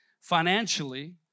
financially